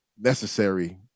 necessary